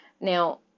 Now